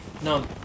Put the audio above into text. No